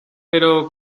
pero